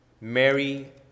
Mary